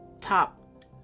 top